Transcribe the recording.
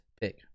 pick